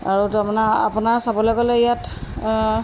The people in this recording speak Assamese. আৰু তাৰমানে আপোনাৰ চাবলৈ গ'লে ইয়াত